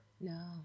No